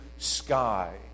sky